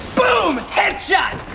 boom! headshot!